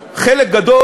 בעד, 35, נגד,